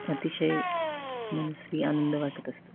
अतिशय मनस्वी आनंद वाटत असतो